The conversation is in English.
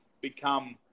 become